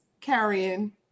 carrying